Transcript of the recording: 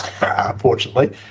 unfortunately